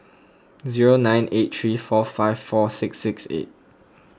zero nine eight three four five four six six eight